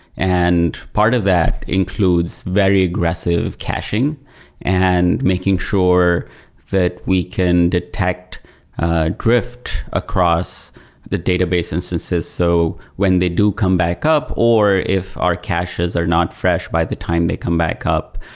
and part of that includes very aggressive caching and making sure that we can detect drift across the database instances. so when they do come back up or if our caches are not fresh by the time they come back up,